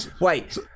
Wait